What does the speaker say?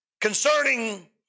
concerning